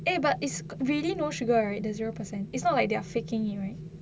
eh but it's really no sugar right the zero percent is not like they're faking it right